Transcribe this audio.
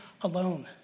alone